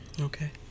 Okay